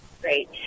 Great